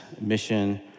mission